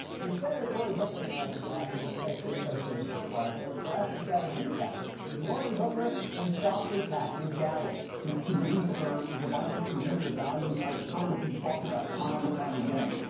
senator corey booker interrupted grassley to express his frustration with the process, grassley tried a new tactic ignoring booker and softly tapping his gavel. this committee, sir, is a violation of even the values i've heard you talk about time and time again,